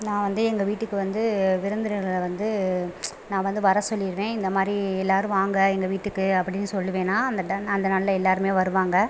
நான் வந்து எங்கள் வீட்டுக்கு வந்து விருந்தினர்களை வந்து நான் வந்து வர சொல்லியிருவேன் இந்தமாதிரி எல்லோரும் வாங்க எங்கள் வீட்டுக்கு அப்படினு சொல்லுவேன் நான் அந்த டன் அந்த நாளில் எல்லோருமே வருவாங்க